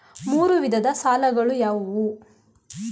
ಮೂರು ವಿಧದ ಸಾಲಗಳು ಯಾವುವು?